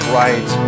right